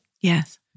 Yes